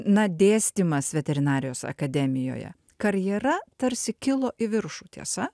na dėstymas veterinarijos akademijoje karjera tarsi kilo į viršų tiesa